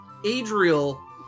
Adriel